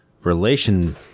relation